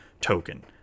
token